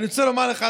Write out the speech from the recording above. אני רוצה לומר לך,